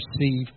receive